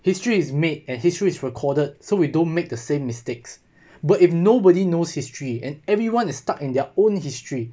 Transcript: history is made and history is recorded so we don't make the same mistakes but if nobody knows history and everyone is stuck in their own history